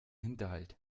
hinterhalt